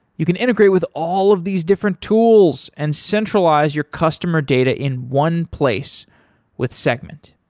you can integrate with all of these different tools and centralize your customer data in one place with segment.